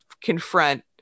confront